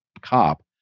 cop